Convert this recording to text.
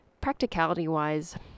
practicality-wise